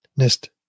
NIST